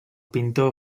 pintor